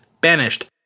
banished